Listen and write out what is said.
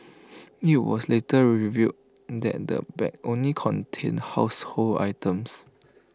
IT was later revealed that the bag only contained household items